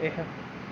ଏହା